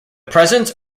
presence